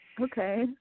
Okay